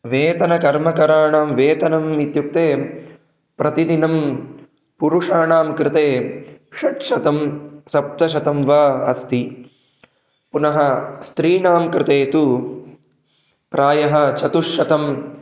वेतकर्मकराणां वेतनम् इत्युक्ते प्रतिदिनं पुरुषाणां कृते षट्शतं सप्तशतं वा अस्ति पुनः स्त्रीणाम् कृते तु प्रायः चतुश्शतं